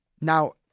Now